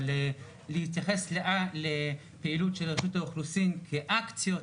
ולהתייחס לפעילות של רשות האוכלוסין כ'אקציות',